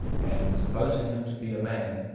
and, supposing him to be a man,